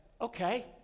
okay